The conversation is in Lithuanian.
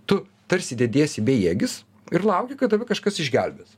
tu tarsi dediesi bejėgis ir lauki kad tave kažkas išgelbės